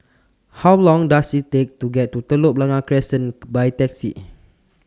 How Long Does IT Take to get to Telok Blangah Crescent By Taxi